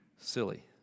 silly